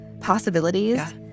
possibilities